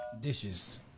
dishes